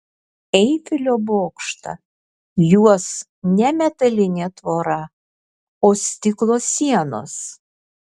eifelio bokštą juos ne metalinė tvora o stiklo sienos